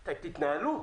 תתנהלו.